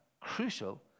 crucial